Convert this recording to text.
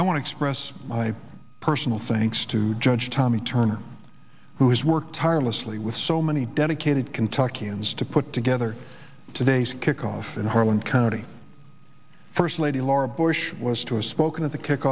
i want to express my personal thanks to judge tommy turner who has worked tirelessly with so many dedicated kentucky ends to put together today's kickoff in harlan county first lady laura bush was to a spoke at the kick